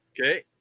Okay